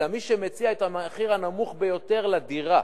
אלא מי שמציע את המחיר הנמוך ביותר לדירה,